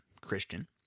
Christian